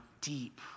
deep